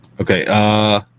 Okay